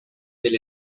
del